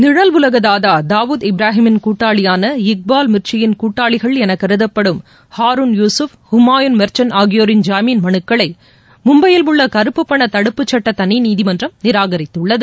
நிழல் உலக தாதா தாவூத் இப்ராஹிமின் கூட்டாளியான இக்பால் மிர்ச்சியின் கூட்டாளிகள் என கருதப்படும் ஹாருண் யூசுப் ஹுமாயூன் மெர்ச்சன் ஆகியோரின் ஜாமீன் மனுக்களை மும்பையில் உள்ள கருப்புப்பண தடுப்புச்சட்ட தனி நீதிமன்றம் நிராகரித்துள்ளது